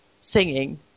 singing